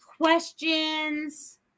questions